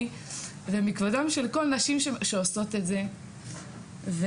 ומכבודן של הנשים שעושות את זה וזהו.